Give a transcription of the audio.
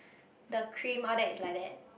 the cream all that is like that